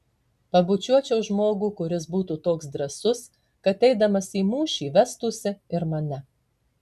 pabučiuočiau žmogų kuris būtų toks drąsus kad eidamas į mūšį vestųsi ir mane